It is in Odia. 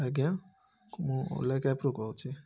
ଆଜ୍ଞା ମୁଁ ଓଲା କ୍ୟାବ୍ରୁ କହୁଛି